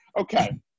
Okay